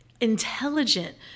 intelligent